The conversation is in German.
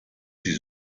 die